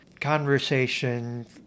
conversation